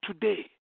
today